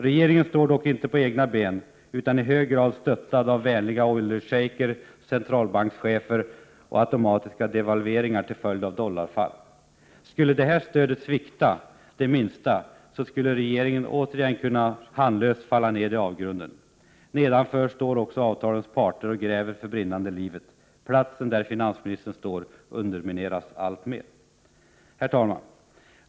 Regeringen står dock inte på egna ben utan i hög grad stöttad av vänliga oljeschejker, centralbankschefer och automatiska devalveringar till följd av dollarfall. Skulle detta stöd svikta det minsta skulle regeringen återigen handlöst kunna falla ned i avgrunden. Nedanför står också avtalens parter och gräver för brinnande livet. Platsen där finansministern står undermineras alltmer. Herr talman!